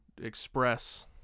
express